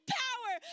power